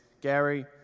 Gary